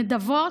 נדבות,